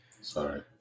Sorry